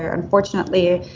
ah unfortunately,